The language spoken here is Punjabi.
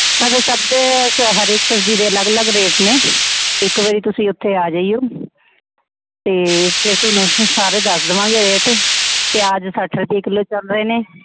ਸਰ ਸਭ ਦੇ ਹਰ ਇਕ ਸਬਜ਼ੀ ਦੇ ਅਲੱਗ ਅਲੱਗ ਰੇਟ ਨੇ ਇੱਕ ਵਾਰੀ ਤੁਸੀਂ ਉੱਥੇ ਆ ਜਾਈਓ ਅਤੇ ਫਿਰ ਤੁਹਾਨੂੰ ਅਸੀਂ ਸਾਰੇ ਦੱਸ ਦਵਾਂਗੇ ਰੇਟ ਪਿਆਜ ਸੱਠ ਰੁਪਈਏ ਕਿਲੋ ਚੱਲ ਰਹੇ ਨੇ